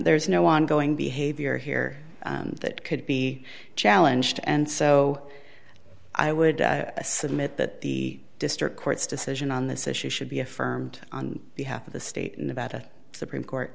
there's no ongoing behavior here that could be challenged and so i would submit that the district court's decision on this issue should be affirmed on behalf of the state and about a supreme court